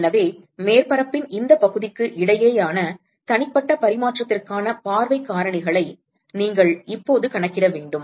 எனவே மேற்பரப்பின் இந்தப் பகுதிக்கு இடையேயான தனிப்பட்ட பரிமாற்றத்திற்கான பார்வைக் காரணிகளை நீங்கள் இப்போது கணக்கிட வேண்டும்